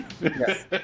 Yes